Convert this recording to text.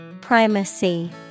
Primacy